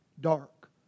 dark